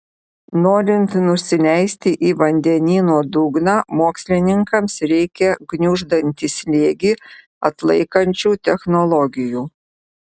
norint nusileisti į vandenyno dugną mokslininkams reikia gniuždantį slėgį atlaikančių technologijų